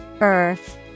Earth